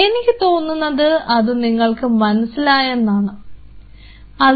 എനിക്ക് തോന്നുന്നത് അത് നിങ്ങൾക്ക് മനസ്സിലായെന്നു ആണ്